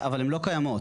אבל הן לא קיימות.